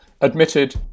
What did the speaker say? admitted